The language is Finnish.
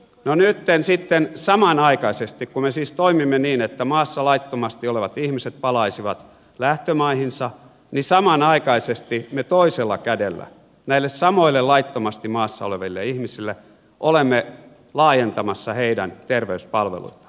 no nytten samanaikaisesti kun me siis toimimme niin että maassa laittomasti olevat ihmiset palaisivat lähtömaihinsa niin samanaikaisesti me toisella kädellä näille samoille laittomasti maassa oleville ihmisille olemme laajentamassa heidän terveyspalveluitaan